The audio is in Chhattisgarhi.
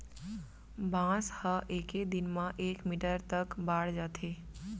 बांस ह एके दिन म एक मीटर तक बाड़ जाथे